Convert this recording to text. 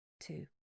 two